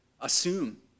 assume